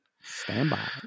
Standby